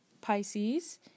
Pisces